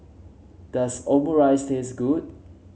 does Omurice taste good